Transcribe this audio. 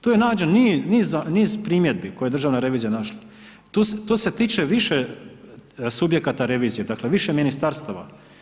Tu je nađen niz primjedbi koje je Državna revizija našla, tu se tiče više subjekata revizije, dakle više ministarstava.